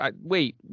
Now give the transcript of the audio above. wait